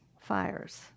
fires